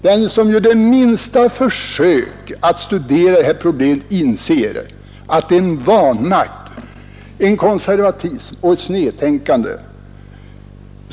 Den som gör det minsta försök att studera detta problem inser att det är fråga om en vana, en konservatism och ett snedtänkande.